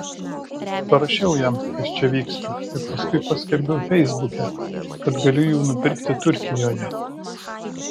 parašiau jam kas čia vyksta ir paskui paskelbiau feisbuke kad galiu jų nupirkti turkijoje